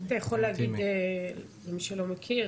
אתה יכול להגיד למי שלא מכיר,